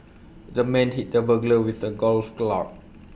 the man hit the burglar with A golf club